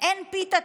"אין פיתה,